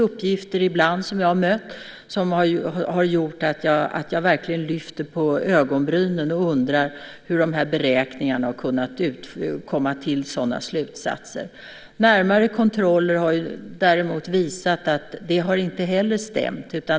Jag har ibland mött uppgifter som gjort att jag verkligen lyft på ögonbrynen och undrat hur beräkningarna har kunnat leda till sådana slutsatser. Närmare kontroller har också visat att det inte har stämt.